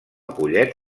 collet